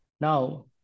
Now